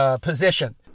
position